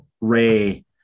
Ray